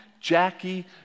Jackie